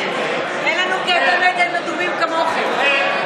אין לנו כאבי בטן מדומים כמוכם,